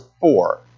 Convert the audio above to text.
four